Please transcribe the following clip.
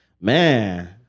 man